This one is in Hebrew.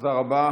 תודה רבה.